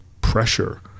pressure